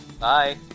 Bye